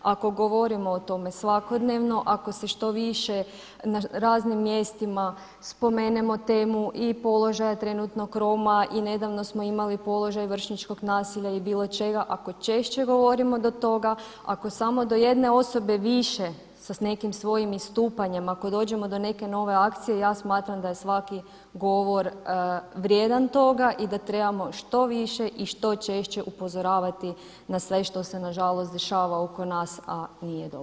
Ako govorimo o tome svakodnevno, ako se što više na raznim mjestima spomenemo temu i položaja trenutnog Roma i nedavno smo imali položaj vršnjačkog nasilja i bilo čega, ako češće govorimo do toga, ako samo do jedne osobe više sa nekim svojim istupanjem, ako dođemo do neke nove akcije, ja smatram da je svaki govor vrijedan toga i da trebamo što više i što češće upozoravati na sve što se nažalost dešava oko nas, a nije dobro.